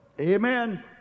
Amen